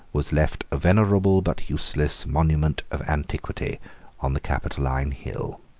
was left a venerable but useless monument of antiquity on the capitoline hill.